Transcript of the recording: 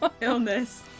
illness